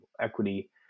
equity